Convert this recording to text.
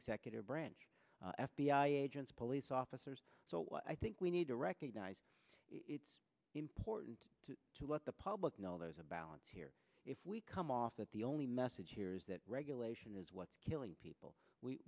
executive branch f b i agents police officers so i think we need to recognize it's important to let the public know there's a balance here if we come off that the only message here is that regulation is what's killing people we